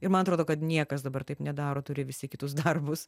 ir man atrodo kad niekas dabar taip nedaro turi visi kitus darbus